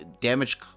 damage